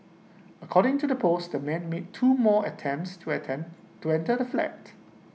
according to the post the man made two more attempts to enter to enter the flat